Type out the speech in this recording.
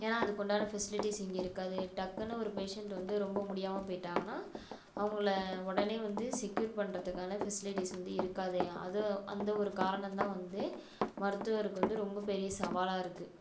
ஏன்னா அதுக்குண்டான ஃபெசிலிட்டிஸ் இங்கே இருக்காது டக்குன்னு ஒரு பேஷண்ட் வந்து ரொம்ப முடியாமல் போய்ட்டாங்கன்னா அவங்கள உடனே வந்து செக்யூர் பண்ணுறதுக்கான ஃபெசிலிட்டிஸ் வந்து இருக்காது அது அந்த ஒரு காரணந்தான் வந்து மருத்துவருக்கு வந்து ரொம்ப பெரிய சவாலாக இருக்குது